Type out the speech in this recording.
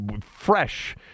fresh